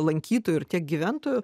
lankytojų ir tiek gyventojų